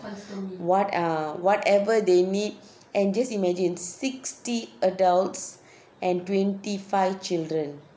what ah whatever they need and just imagine sixty adults and twenty five children